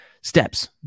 Steps